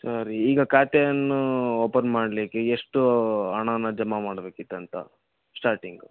ಸರಿ ಈಗ ಖಾತೆಯನ್ನು ಓಪನ್ ಮಾಡಲಿಕ್ಕೆ ಎಷ್ಟು ಹಣನ ಜಮಾ ಮಾಡ್ಬೇಕಿತ್ತು ಅಂತ ಸ್ಟಾರ್ಟಿಂಗು